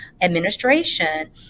administration